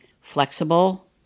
flexible